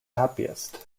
happiest